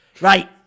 Right